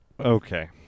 Okay